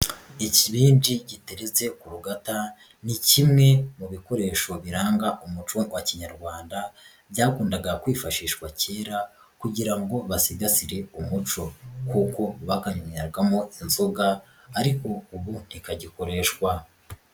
Ikibindi giteritse ku rugata ni kimwe mu bikoresho biranga umuco wa kinyarwanda, byakundaga kwifashishwa kera kugira ngo basigasire umuco, kuko bagabanyweragamo inzoga ariko ubu ntikagikoreshwa.